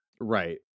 right